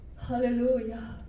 hallelujah